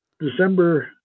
December